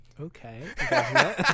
Okay